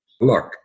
look